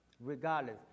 regardless